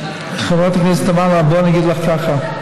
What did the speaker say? חברת הכנסת תמנו, אני אגיד לך ככה: